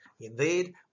Indeed